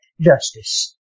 justice